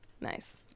nice